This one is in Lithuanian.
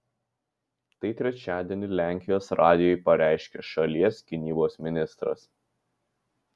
tai trečiadienį lenkijos radijui pareiškė šalies gynybos ministras